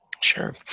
Sure